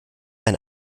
ein